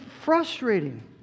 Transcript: frustrating